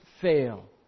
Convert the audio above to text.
fail